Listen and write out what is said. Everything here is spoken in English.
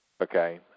Okay